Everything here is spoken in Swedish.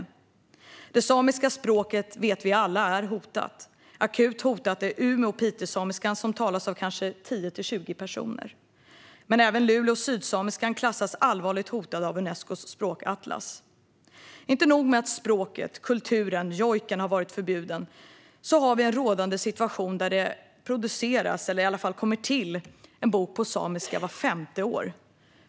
Vi vet alla att de samiska språken är hotade. Akut hotade är umesamiskan och pitesamiskan, som talas av kanske 10-20 personer, men även lulesamiskan och sydsamiskan klassas av Unescos språkatlas som allvarligt hotade. Inte nog med att språket, kulturen och jojken har varit förbjuden, vi har också en rådande situation där det kommer till en bok på samiska vart femte år.